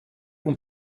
und